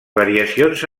variacions